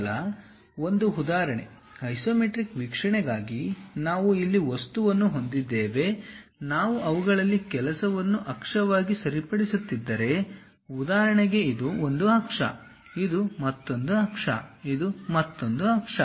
ಕೇವಲ ಒಂದು ಉದಾಹರಣೆ ಐಸೊಮೆಟ್ರಿಕ್ ವೀಕ್ಷಣೆಗಾಗಿ ನಾವು ಇಲ್ಲಿ ವಸ್ತುವನ್ನು ಹೊಂದಿದ್ದೇವೆ ನಾವು ಅವುಗಳಲ್ಲಿ ಕೆಲವನ್ನು ಅಕ್ಷವಾಗಿ ಸರಿಪಡಿಸುತ್ತಿದ್ದರೆ ಉದಾಹರಣೆಗೆ ಇದು ಒಂದು ಅಕ್ಷ ಇದು ಮತ್ತೊಂದು ಅಕ್ಷ ಇದು ಮತ್ತೊಂದು ಅಕ್ಷ